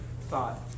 thought